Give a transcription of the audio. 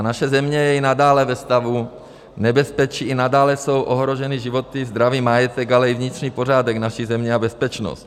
Naše země je i nadále ve stavu nebezpečí, i nadále jsou ohroženy životy, zdraví, majetek, ale i vnitřní pořádek naší země a bezpečnost.